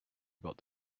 about